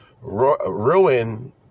ruin